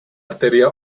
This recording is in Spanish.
arteria